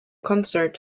concert